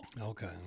Okay